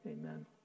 amen